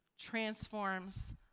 transforms